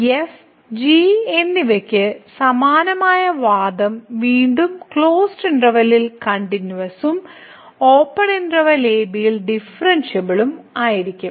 F G എന്നിവയ്ക്ക് സമാനമായ വാദം വീണ്ടും ക്ലോസ്ഡ് ഇന്റെർവെല്ലിൽ കണ്ടിന്യൂവസും ഓപ്പൺ ഇന്റെർവെല്ലിൽ ab ഡിഫറെൻഷിയബിളും ആയരിക്കും